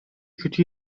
kötü